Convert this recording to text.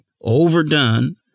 overdone